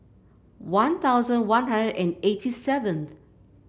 One Thousand One Hundred and eight seventh